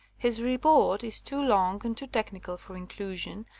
his report is too long and too technical for inclusion,